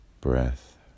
breath